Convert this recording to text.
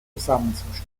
zusammenzustellen